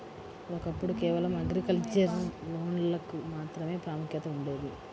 ఒకప్పుడు కేవలం అగ్రికల్చర్ లోన్లకు మాత్రమే ప్రాముఖ్యత ఉండేది